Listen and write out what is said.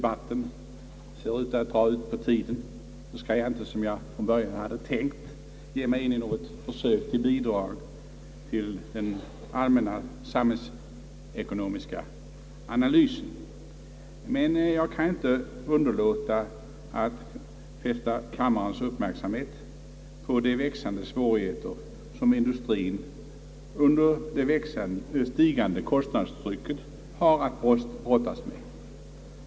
batten ser ut att dra ut på tiden skall jag inte — som jag från början hade tänkt — ge mig in i något försök till bidrag till en allmän samhällsekonomisk analys, men jag kan inte underlåta att fästa kammarens uppmärksamhet på de växande svårigheter som industrien under det stigande kostnadstrycket har att brottas med.